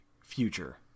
future